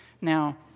Now